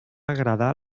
agradar